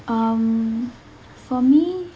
um for me